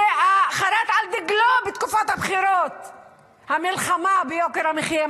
שחרת על דגלו בתקופת הבחירות את המלחמה ביוקר המחיה,